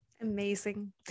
Amazing